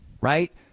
right